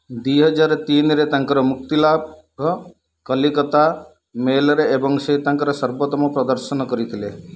ଦୁଇହଜାର ତିନିରେ ତାଙ୍କର ମୁକ୍ତିଲାଭ କଲିକତା ମେଲ୍ରେ ସେ ତାଙ୍କର ସର୍ବୋତ୍ତମ ପ୍ରଦର୍ଶନ କରିଥିଲେ